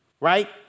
Right